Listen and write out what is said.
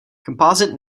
composite